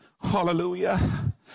Hallelujah